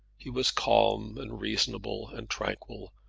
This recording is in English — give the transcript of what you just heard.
he was calm and reasonable and tranquil,